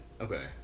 Okay